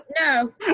no